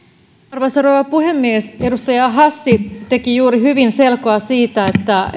arvoisa rouva puhemies edustaja hassi teki juuri hyvin selkoa siitä